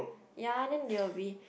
ya then they will be